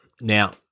Now